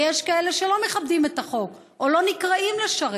ויש כאלה שלא מכבדים את החוק או לא נקראים לשרת.